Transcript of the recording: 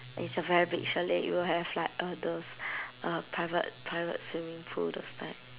it's a very big chalet it will have like all those uh private private swimming pool those type